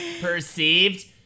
Perceived